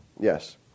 yes